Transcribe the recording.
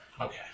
Okay